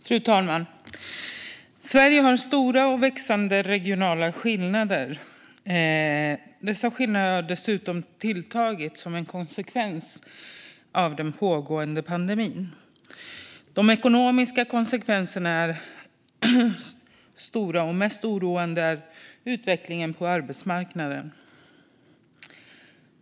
Fru talman! Sverige har stora och växande regionala skillnader. Dessa skillnader har dessutom ökat som en konsekvens av den pågående pandemin. De ekonomiska konsekvenserna är stora, och mest oroande är utvecklingen på arbetsmarknaden.